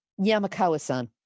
Yamakawa-san